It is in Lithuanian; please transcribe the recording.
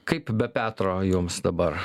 kaip be petro jums dabar